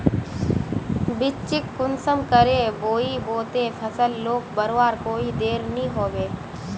बिच्चिक कुंसम करे बोई बो ते फसल लोक बढ़वार कोई देर नी होबे?